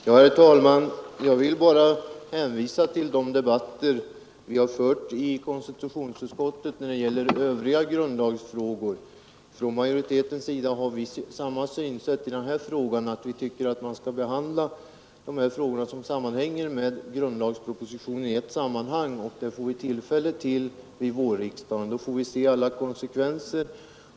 Herr talman! Jag vill bara hänvisa till de debatter vi har fört i konstitutionsutskottet när det gäller övriga grundlagsfrågor. Från majoritetens sida har vi samma synsätt i den här frågan: vi tycker att man skall behandla de frågor som sammanhänger med grundlagspropositionen i ett sammanhang, och det får vi tillfälle till vid vårriksdagen. Då får vi se alla konsekvenser.